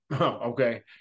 okay